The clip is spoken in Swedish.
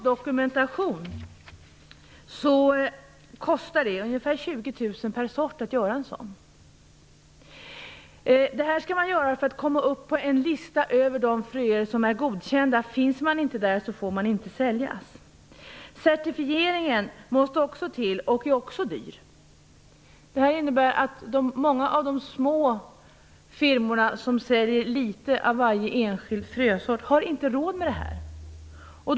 Det kostar ca 20 000 kr per sort att göra en sortdokumentation. En sådan måste man göra för att fröerna skall få vara med på den lista över de fröer som är godkända. Finns de inte med där får de inte säljas. Den certifiering som måste till är också dyr. Det innebär att många av de små firmorna som säljer litet av varje enskild frösort inte har råd till detta.